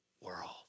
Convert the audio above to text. world